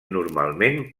normalment